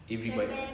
every